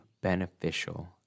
beneficial